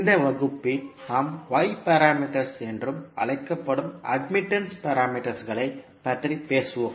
இந்த வகுப்பில் நாம் Y பாராமீட்டர்ஸ் என்றும் அழைக்கப்படும் அட்மிட்டன்ஸ் பாராமீட்டர்களைப் பற்றி பேசுவோம்